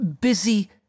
busy